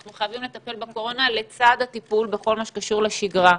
אנחנו חייבים לטפל בקורונה לצד הטיפול בכל מה שקשור לשגרה.